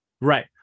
Right